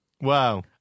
Wow